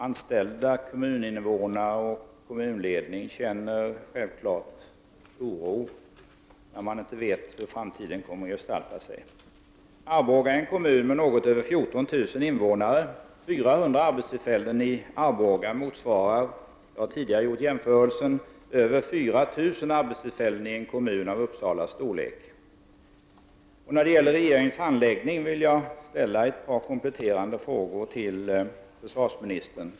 Anställda, kommuninvånare och kommunledning känner självfallet oro när de inte vet hur framtiden kommer att gestalta sig. Arboga är en kommun med något över 14 000 invånare. Jag har tidigare gjort jämförelsen att 400 arbetstillfällen i Arboga motsvarar över 4 000 arbetstillfällen i en kommun av Uppsalas storlek. När det gäller regeringens handläggning vill jag ställa ett par kompletterande frågor till försvarsministern.